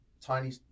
tiny